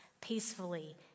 peacefully